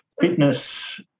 Fitness